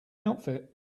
outfit